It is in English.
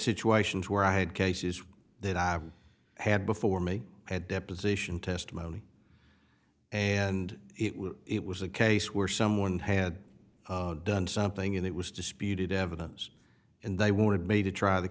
situations where i had cases that i've had before me at deposition testimony and it was a case where someone had done something and it was disputed evidence and they wanted me to try the